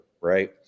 right